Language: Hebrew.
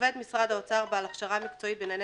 עובד משרד האוצר בעל הכשרה מקצועית בענייני